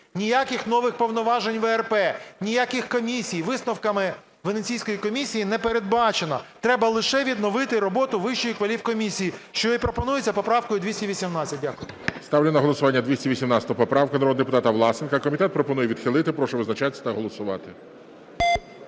Ніяких нових повноважень ВРП, ніяких комісій висновками Венеційської комісії не передбачено. Треба лише відновити роботу Вищої кваліфкомісії, що і пропонується поправкою 218. Дякую. ГОЛОВУЮЧИЙ. Ставлю на голосування 218 поправку народного депутата Власенка, комітет пропонує відхилити. Прошу визначатися та голосувати.